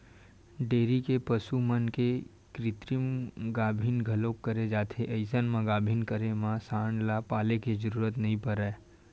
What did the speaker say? dairy के पसु मन के कृतिम गाभिन घलोक करे जाथे अइसन म गाभिन करे म सांड ल पाले के जरूरत नइ परय